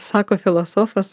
sako filosofas